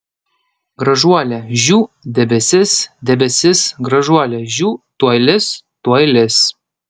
gražuole žiū debesis debesis gražuole žiū tuoj lis tuoj lis